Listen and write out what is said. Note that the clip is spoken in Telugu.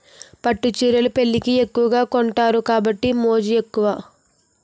పట్టు చీరలు పెళ్లికి ఎక్కువగా కొంతారు కాబట్టి మోజు ఎక్కువ